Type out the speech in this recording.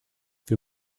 wir